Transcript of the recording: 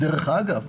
דרך אגב,